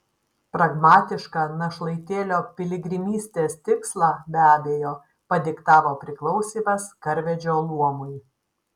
pragmatišką našlaitėlio piligrimystės tikslą be abejo padiktavo priklausymas karvedžio luomui